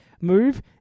move